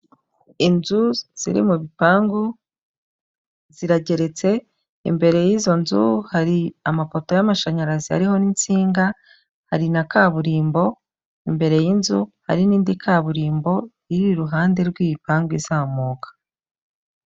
Inzu ziri mu bipangu zirageretse, imbere y'izo nzu hari amapoto y'amashanyarazi ariho n'insinga, hari na kaburimbo imbere y'inzu, hari n'indi kaburimbo iri iruhande rw'igipangu izamuka.